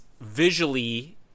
visually